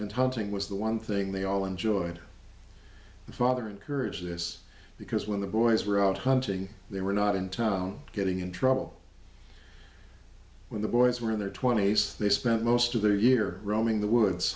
and hunting was the one thing they all enjoyed the father encourage this because when the boys were out hunting they were not in town getting in trouble when the boys were in their twenties they spent most of their year roaming the woods